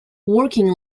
working